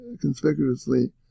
conspicuously